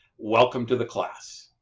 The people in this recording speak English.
welcome to the class!